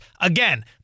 Again